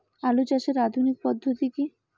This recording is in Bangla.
আলু চাষের আধুনিক পদ্ধতি কি?